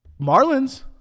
Marlins